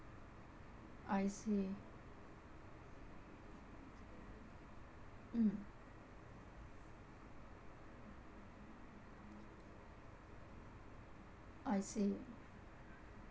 I see mm I see